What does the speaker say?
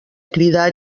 cridar